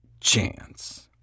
chance